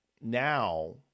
Now